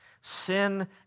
Sin